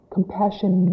Compassion